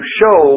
show